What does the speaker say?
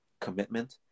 commitment